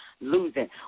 losing